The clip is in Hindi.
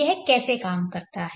यह कैसे काम करता है